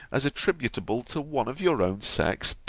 as attributable to one of your own sex,